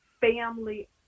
family